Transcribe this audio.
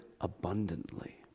abundantly